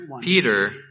Peter